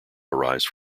arise